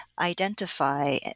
identify